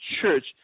church